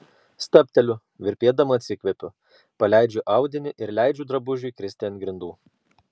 stabteliu virpėdama atsikvepiu paleidžiu audinį ir leidžiu drabužiui kristi ant grindų